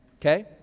Okay